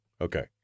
Okay